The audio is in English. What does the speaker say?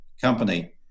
company